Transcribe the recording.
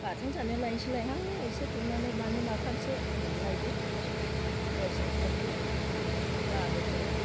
बाथोन जानो लायसैलायहां एसे गुरनानै मानै माथामसो होननानै लायदो दसे गुरदो लाबोदो